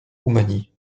roumanie